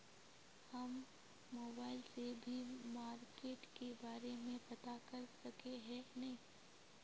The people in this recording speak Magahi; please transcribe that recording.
हम मोबाईल से भी मार्केट के बारे में पता कर सके है नय?